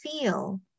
feel